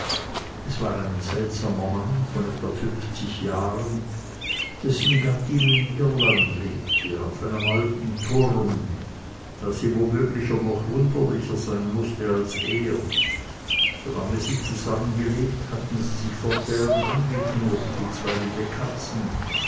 es war ein seltsamer mann von etwa fünfzig jahren dessen gattin in irland lebte auf einem alten turm da sie womöglich noch wunderlicher sein mußte als er solange sie zusammengelebt hatten sie sich fortwährend angeknurrt wie zwei wilde katzen